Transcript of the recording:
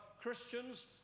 Christians